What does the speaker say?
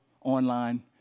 online